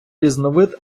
різновид